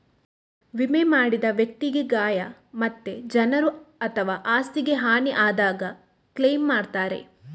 ವಿಮೆ ಮಾಡಿದ ವ್ಯಕ್ತಿಗೆ ಗಾಯ ಮತ್ತೆ ಜನರು ಅಥವಾ ಆಸ್ತಿಗೆ ಹಾನಿ ಆದಾಗ ಕ್ಲೈಮ್ ಮಾಡ್ತಾರೆ